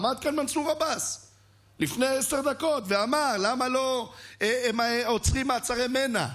עמד כאן מנסור עבאס לפני עשר דקות ואמר: למה לא עוצרים מעצרי מנע?